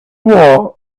wall